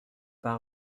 pas